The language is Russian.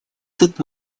тот